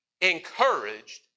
encouraged